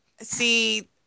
See